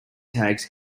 tags